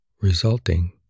resulting